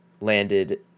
landed